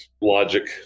logic